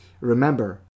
Remember